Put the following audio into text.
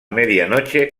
medianoche